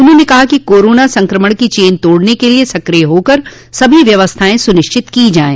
उन्होंने कहा कि कोरोना संक्रमण की चेन तोड़ने के लिये सक्रिय होकर सभी व्यवस्थाएं सुनिश्चित की जाये